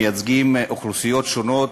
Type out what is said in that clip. שמייצגים אוכלוסיות שונות.